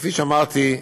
כפי שאמרתי,